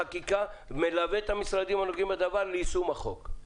החקיקה ומלווה את המשרדים הנוגעים בדבר ליישום החוק?